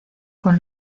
con